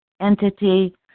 entity